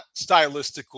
stylistically